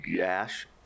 Ash